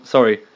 Sorry